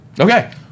Okay